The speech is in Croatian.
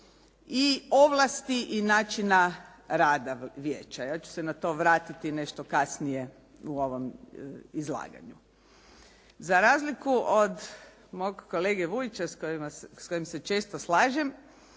i ovlasti i načina rada vijeća. Ja ću se na to vratiti nešto kasnije u ovom izlaganju. Za razliku od mog kolege Vujića s kojim se često slažem,